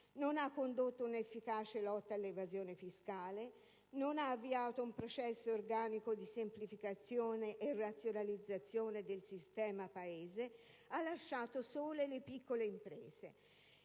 Non ha condotto un'efficace lotta all'evasione fiscale, non ha avviato un processo organico di semplificazione e razionalizzazione del sistema Paese, ha lasciato sole le piccole imprese.